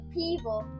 people